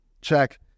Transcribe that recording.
check